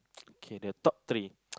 okay the top three